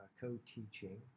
co-teaching